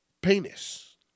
penis